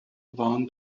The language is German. waren